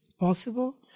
possible